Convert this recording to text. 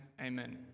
amen